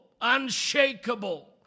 unshakable